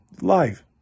live